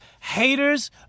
haters